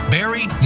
Barry